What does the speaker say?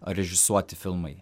režisuoti filmai